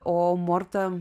o morta